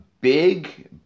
big